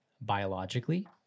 biologically